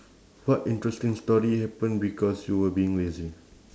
what interesting story happen because you were being lazy